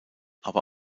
aber